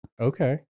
Okay